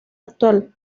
actual